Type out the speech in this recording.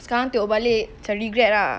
sekarang tengok balik macam regret ah